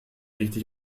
richtig